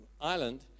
island